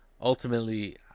ultimately